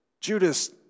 Judas